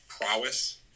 prowess